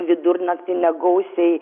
vidurnaktį negausiai